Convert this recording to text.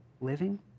living